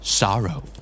sorrow